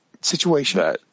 situation